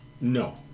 No